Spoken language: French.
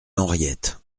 henriette